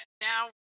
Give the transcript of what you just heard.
Now